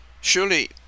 Surely